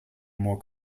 more